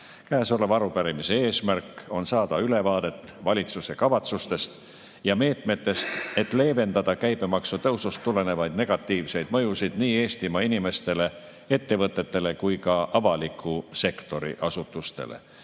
Käesoleva arupärimise eesmärk on saada ülevaade valitsuse kavatsustest ja meetmetest, et leevendada käibemaksutõusust tulenevaid negatiivseid mõjusid nii Eestimaa inimestele, ettevõtetele kui ka avaliku sektori asutustele. Eeltoodust